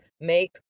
make